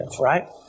right